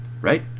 right